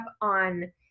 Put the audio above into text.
on